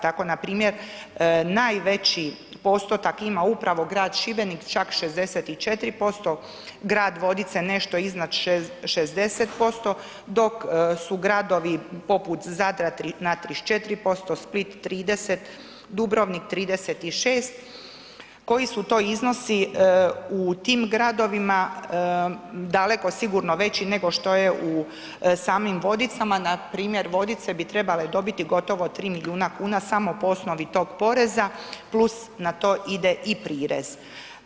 Tako npr. najveći postotak ima upravo grad Šibenik, čak 64%, grad Vodice nešto iznad 60%, dok su gradovi poput Zadra na 34%, Split 30, Dubrovnik 36, koji su to iznosi u tim gradovima daleko sigurno veći nego što je u samim Vodicama, npr. Vodice bi trebale dobiti gotovo 3 milijuna kuna samo po osnovi tog poreza + na to ide i prirez.